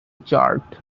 chart